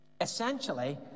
Essentially